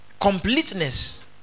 completeness